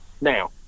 now